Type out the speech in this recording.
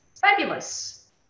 Fabulous